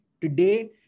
Today